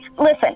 Listen